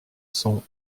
sont